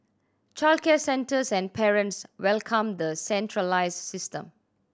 childcare centres and parents welcomed the centralised system